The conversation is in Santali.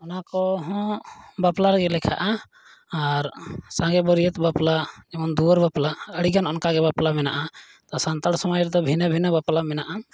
ᱚᱱᱟ ᱠᱚᱦᱚᱸ ᱵᱟᱯᱞᱟ ᱨᱮᱜᱮ ᱞᱮᱠᱷᱟᱜᱼᱟ ᱟᱨ ᱥᱟᱸᱜᱮ ᱵᱟᱹᱨᱭᱟᱹᱛ ᱵᱟᱯᱞᱟ ᱡᱮᱢᱚᱱ ᱫᱩᱭᱟᱹᱨ ᱵᱟᱯᱞᱟ ᱟᱹᱰᱤᱜᱟᱱ ᱚᱱᱠᱟᱜᱮ ᱵᱟᱯᱞᱟ ᱢᱮᱱᱟᱜᱼᱟ ᱛᱚ ᱥᱟᱱᱛᱟᱲ ᱥᱚᱢᱟᱡᱽ ᱨᱮᱫᱚ ᱵᱷᱤᱱᱟᱹ ᱵᱷᱤᱱᱟᱹ ᱵᱟᱯᱞᱟ ᱢᱮᱱᱟᱜᱼᱟ